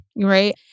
right